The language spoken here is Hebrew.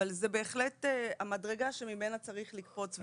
אבל זו בהחלט המדרגה שממנה צריך לקפוץ.